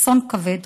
אסון כבד,